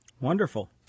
Wonderful